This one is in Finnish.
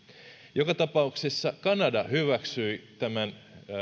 joka tapauksessa kanada hyväksyi tämän